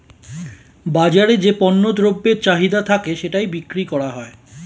বাজারে যে পণ্য দ্রব্যের চাহিদা থাকে সেটাই বিক্রি করা হয়